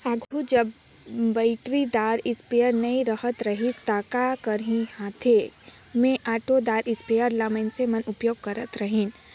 आघु जब बइटरीदार इस्पेयर नी रहत रहिस ता का करहीं हांथे में ओंटेदार इस्परे ल मइनसे मन उपियोग करत रहिन